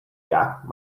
jack